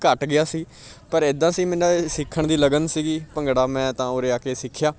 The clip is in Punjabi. ਘੱਟ ਗਿਆ ਸੀ ਪਰ ਇੱਦਾਂ ਸੀ ਮੈਨੂੰ ਸਿੱਖਣ ਦੀ ਲਗਨ ਸੀਗੀ ਭੰਗੜਾ ਮੈਂ ਤਾਂ ਉਰੇ ਆ ਕੇ ਸਿੱਖਿਆ